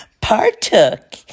partook